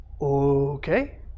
okay